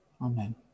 Amen